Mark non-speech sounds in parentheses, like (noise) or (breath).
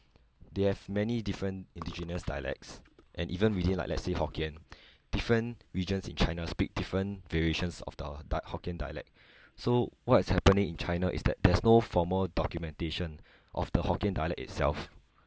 they have many different indigenous dialects and even within like let's say hokkien (breath) different regions in china speak different variations of the di~ hokkien dialect so what is happening in china is that there's no formal documentation of the hokkien dialect itself